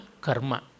karma